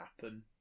happen